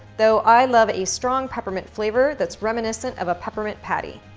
though i love a strong peppermint flavor that's reminiscent of a peppermint patty.